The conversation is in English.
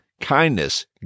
kindness